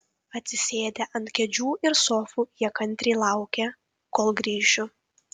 atsisėdę ant kėdžių ir sofų jie kantriai laukė kol grįšiu